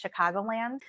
chicagoland